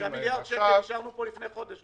6 מיליארד שקל אישרנו פה לפני חודש.